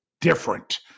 different